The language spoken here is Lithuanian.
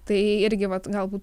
tai irgi vat galbūt